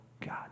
God